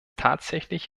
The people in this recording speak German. tatsächlich